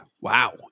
Wow